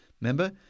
Remember